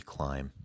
Climb